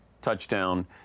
touchdown